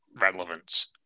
relevance